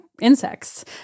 insects